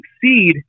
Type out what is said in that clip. succeed